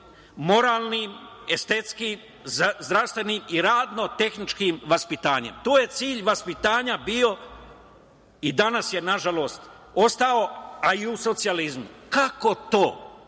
moralnim, estetskim, zdravstvenim i radno-tehničkim vaspitanjem. To je cilj vaspitanja bio i danas je nažalost ostao, a i u socijalizmu. Kako to